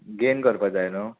gain करपा जाय न्हू